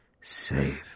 safe